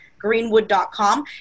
greenwood.com